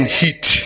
heat